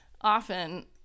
often